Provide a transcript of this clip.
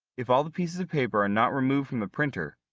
if all the pieces of paper are and not removed from the printer,